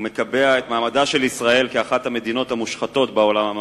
ומקבע בו את מעמדה של ישראל כאחת המדינות המושחתות בעולם המערבי.